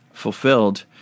Fulfilled